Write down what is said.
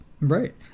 Right